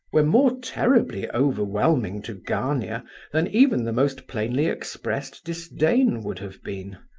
were more terribly overwhelming to gania than even the most plainly expressed disdain would have been.